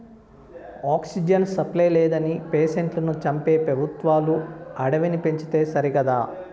oxygen supply లేదని పేషెంట్లను చంపే పెబుత్వాలు అడవిని పెంచితే సరికదా